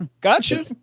Gotcha